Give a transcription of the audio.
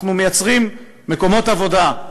אנחנו מייצרים מקומות עבודה.